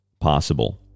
possible